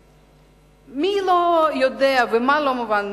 ומי לא יודע ומה לא מובן?